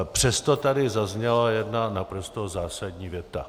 Přesto tady zazněla jedna naprosto zásadní věta.